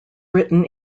written